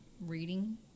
reading